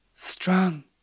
Strong